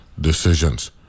decisions